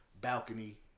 Balcony